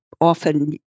often